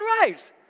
right